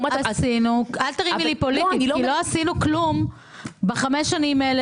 כי לא עשינו כלום בחמש שנים האלה,